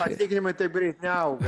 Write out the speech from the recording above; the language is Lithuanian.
atlyginimai taip greit neauga